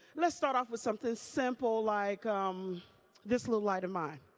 let's start off with something simple like um this little light of mine.